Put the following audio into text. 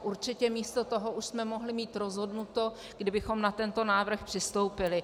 Určitě místo toho už jsme mohli mít rozhodnuto, kdybychom na tento návrh přistoupili.